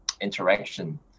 interaction